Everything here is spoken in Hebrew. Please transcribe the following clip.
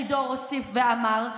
הוסיף מרידור ואמר,